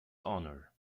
honour